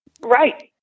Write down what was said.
Right